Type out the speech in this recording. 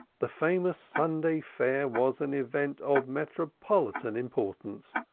the famous sunday fair was an event of metropolitan importance,